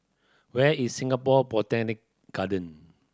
where is Singapore Botanic Garden